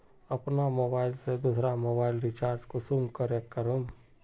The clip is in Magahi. अपना मोबाईल से दुसरा मोबाईल रिचार्ज कुंसम करे करूम?